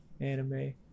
anime